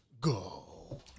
go